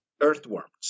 earthworms